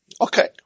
Okay